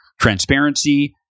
transparency